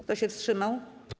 Kto się wstrzymał?